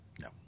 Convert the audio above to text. no